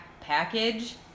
package